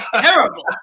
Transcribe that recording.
Terrible